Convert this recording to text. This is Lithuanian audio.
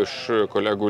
iš kolegų